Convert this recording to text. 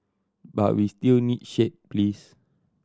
but we still need shade please